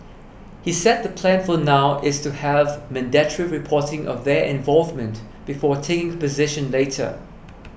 he said the plan for now is to have mandatory reporting of their involvement before taking position later